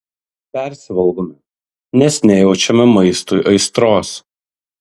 persivalgome nes nejaučiame maistui aistros